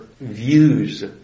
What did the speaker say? views